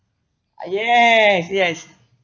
ah yes yes